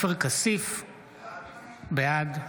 ואטורי, אינו נוכח מיכל מרים וולדיגר,